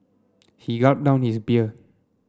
he gulped down his beer